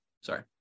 sorry